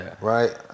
Right